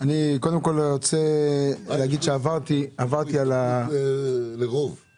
עברתי על הדוח של